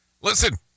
Listen